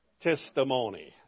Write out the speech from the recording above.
testimony